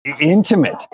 Intimate